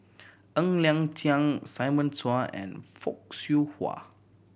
Ng Liang Chiang Simon Chua and Fock Siew Wah